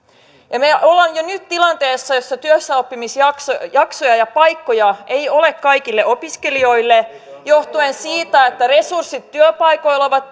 me olemme jo nyt tilanteessa jossa työssäoppimisjaksoja ja ja paikkoja ei ole kaikille opiskelijoille johtuen siitä että resurssit työpaikoilla ovat